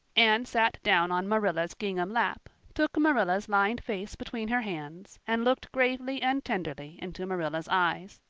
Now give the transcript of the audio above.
anne sat down on marilla's gingham lap, took marilla's lined face between her hands, and looked gravely and tenderly into marilla's eyes.